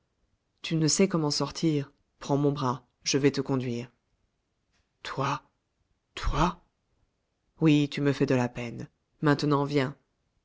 tu ne sais comment sortir prends mon bras je vais te conduire toi toi oui tu me fais de la peine maintenant viens